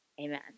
Amen